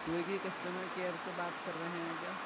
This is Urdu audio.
سویگی کسٹمر کیئر سے بات کر رہے ہیں کیا